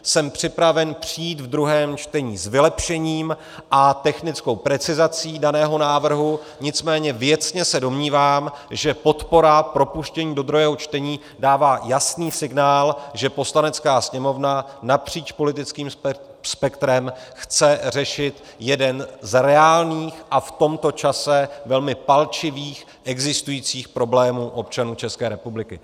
Jsem připraven přijít v druhém čtení s vylepšením a technickou precizací daného návrhu, nicméně věcně se domnívám, že podpora propuštění do druhého čtení dává jasný signál, že Poslanecká sněmovna napříč politickým spektrem chce řešit jeden z reálných a v tomto čase velmi palčivých existujících problémů občanů České republiky.